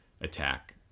attack